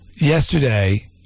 Yesterday